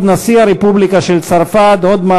61 מתנגדים, אין